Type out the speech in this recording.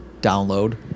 download